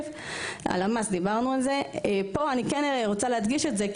אני רוצה להדגיש את זה,